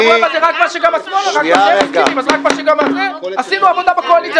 שבוע הבא זה רק מה שגם השמאל --- עשינו עבודה גדולה בקואליציה,